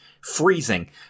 freezing